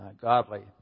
godly